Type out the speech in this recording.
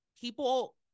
people